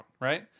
right